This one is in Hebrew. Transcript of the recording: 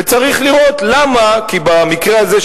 כי במקרה הזה,